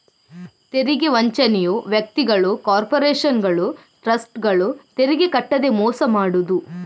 ತೆರಿಗೆ ವಂಚನೆಯು ವ್ಯಕ್ತಿಗಳು, ಕಾರ್ಪೊರೇಷನುಗಳು, ಟ್ರಸ್ಟ್ಗಳು ತೆರಿಗೆ ಕಟ್ಟದೇ ಮೋಸ ಮಾಡುದು